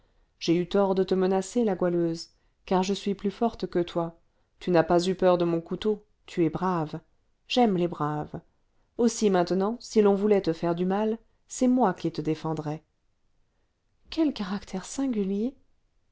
j'ai eu tort de te menacer la goualeuse car je suis plus forte que toi tu n'as pas eu peur de mon couteau tu es brave j'aime les braves aussi maintenant si l'on voulait te faire du mal c'est moi qui te défendrais quel caractère singulier